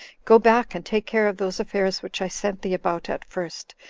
go back, and take care of those affairs which i sent thee about at first,